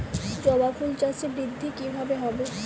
জবা ফুল চাষে বৃদ্ধি কিভাবে হবে?